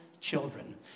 children